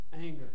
Anger